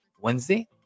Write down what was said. Wednesday